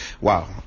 Wow